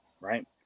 right